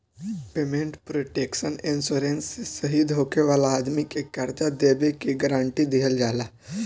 payment protection insurance से शहीद होखे वाला आदमी के कर्जा देबे के गारंटी दीहल जाला